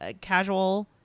casual